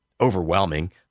overwhelming